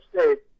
States